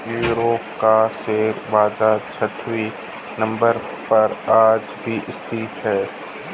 Europe का share बाजार छठवें नम्बर पर आज भी स्थित है